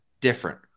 different